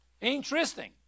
Interesting